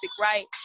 right